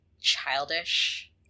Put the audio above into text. childish